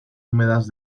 húmedas